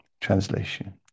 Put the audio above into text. translation